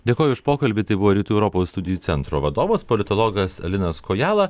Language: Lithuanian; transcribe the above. dėkoju už pokalbį tai buvo rytų europos studijų centro vadovas politologas linas kojala